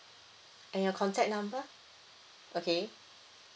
and your contact number okay